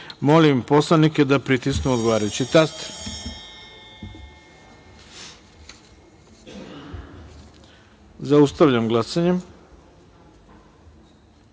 narodne poslanike da pritisnu odgovarajući taster. Zaustavljam glasanje: